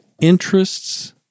interests